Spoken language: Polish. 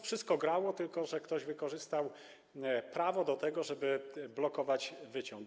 Wszystko grało, tylko że ktoś wykorzystał prawo do tego, żeby blokować wyciąg.